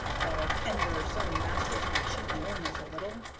that'll hender some masters from cheating the owners a little.